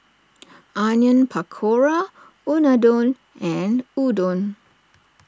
Onion Pakora Unadon and Udon